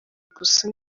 gusa